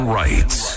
rights